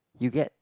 you get